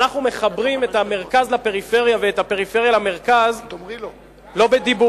אנחנו מחברים את המרכז לפריפריה ואת הפריפריה למרכז לא בדיבורים.